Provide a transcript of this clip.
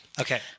Okay